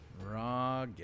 Raw